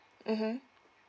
mmhmm